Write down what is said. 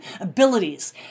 abilities